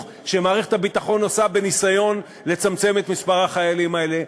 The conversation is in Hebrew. שמערכת הביטחון עושה בניסיון לצמצם את מספר החיילים האלה.